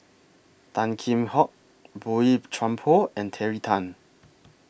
Tan Kheam Hock Boey Chuan Poh and Terry Tan